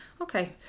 Okay